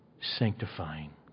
sanctifying